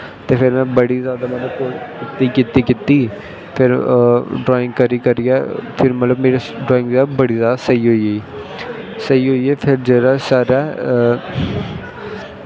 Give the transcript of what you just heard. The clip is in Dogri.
फिर में बड़ा जादा कीता कीती फिर ड्राईंग करी करियै फिर मेरी ड्राईंग मतलव बड़ी शैल होई गेई स्हेई होई गेई फिर जिसलै सारा